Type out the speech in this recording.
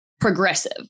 progressive